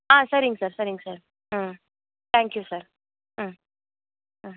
ஆ சரிங்க சார் சரிங்க சார் ம் தேங்க் யூ சார் ம் ம்